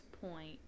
point